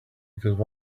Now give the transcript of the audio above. because